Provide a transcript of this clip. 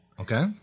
Okay